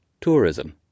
tourism